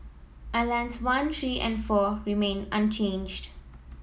islands one three and four remained unchanged